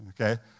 okay